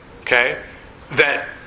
okay—that